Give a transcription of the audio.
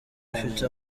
afite